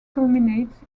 culminates